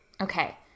okay